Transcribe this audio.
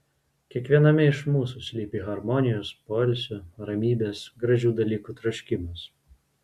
kiekviename iš mūsų slypi harmonijos poilsio ramybės gražių dalykų troškimas